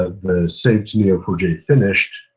ah the save to n e o four j finished,